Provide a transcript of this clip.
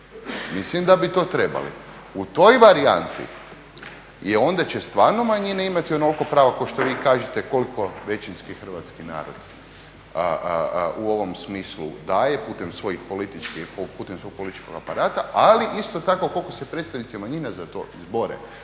Mislim da bi to trebali. U toj varijanti i onda će stvarno manjine imati onoliko prava, kao što vi kažete, koliko većinski hrvatski narod u ovom smislu daje, putem svojih političkih, putem svog političkog aparata, ali isto tako koliko se predstavnici manjina za to izbore.